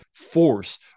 force